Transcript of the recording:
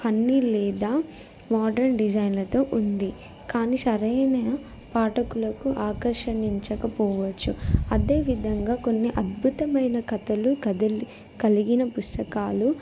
funny లేదా modern డిజైన్లతో ఉంది కానీ సరైన పాఠకులకు ఆకర్షించకపోవచ్చు అదేవిధంగా కొన్ని అద్భుతమైన కథలు కదలి కలిగిన పుస్తకాలు